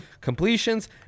completions